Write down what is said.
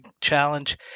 challenge